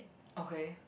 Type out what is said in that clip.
okay